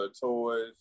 Toys